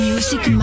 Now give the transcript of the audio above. Music